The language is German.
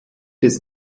des